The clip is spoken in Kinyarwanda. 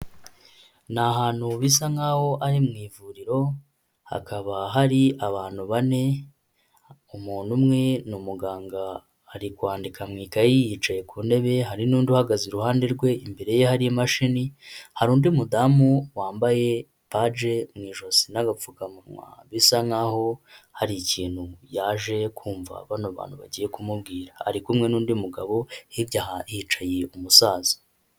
Ni ahantu bisa nkaho ari mu ivuriro hakaba hari abantu bane, umuntu umwe ni umuganga ari kwandika mu ikayi yicaye ku ntebe hari n'undi uhagaze iruhande rwe imbere ye hari imashini, hari undi mudamu wambaye baje mu ijosi n'agapfukamunwa bisa nkaho hari ikintu yaje kumva, bano bantu bagiye kumubwira ari kumwe n'undi mugabo hirya hicaye umusaza.